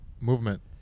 movement